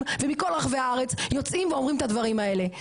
ומכל רחבי הארץ יוצאים ואומרים את הדברים האלה,